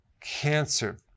cancer